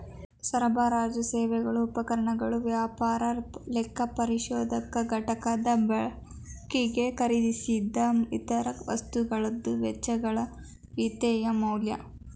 ಸರಬರಾಜು ಸೇವೆಗಳು ಉಪಕರಣಗಳು ವ್ಯಾಪಾರ ಲೆಕ್ಕಪರಿಶೋಧಕ ಘಟಕದ ಬಳಕಿಗೆ ಖರೇದಿಸಿದ್ ಇತರ ವಸ್ತುಗಳದ್ದು ವೆಚ್ಚಗಳ ವಿತ್ತೇಯ ಮೌಲ್ಯ